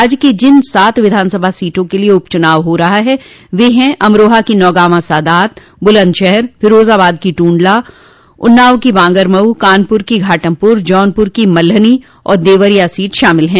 राज्य की जिन सात विधान सभा सीटों के लिए उपचुनाव हो रहा है वह है अमरोहा की नौगांवा सादात बुलन्दशहर फिरोजाबाद की टुण्डला उन्नाव की बॉगरमऊ कानपुर की घाटमपुर जौनपुर की मल्हनी और देवरिया सीट शामिल हैं